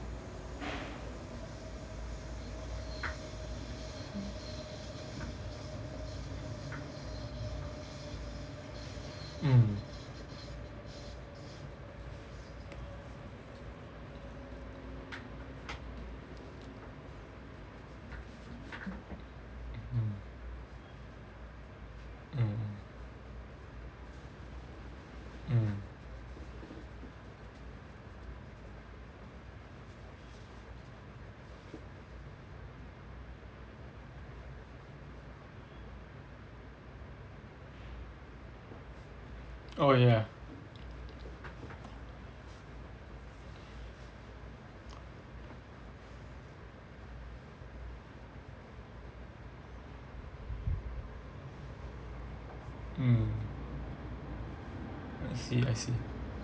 mm mm mm mm oh yah mm I see I see